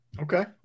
Okay